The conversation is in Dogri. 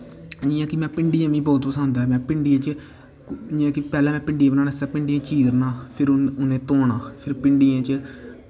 जि'यां कि भिंडियां मीं बौह्त पसंद ऐं भिंडियें च जि'यां कि भिंडियां बनाने आस्तै पैह्लैं में भिंडियां चीरना फिर उ'नें गी धोना फिर भिंडियें च